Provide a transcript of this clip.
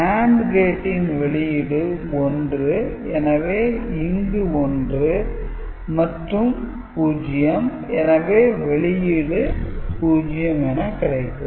NAND கேட்டின் வெளியீடு 1 எனவே இங்கு 1 மற்றும் 0 எனவே வெளியீடு 0 என கிடைக்கும்